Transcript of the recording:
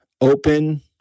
open